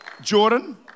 Jordan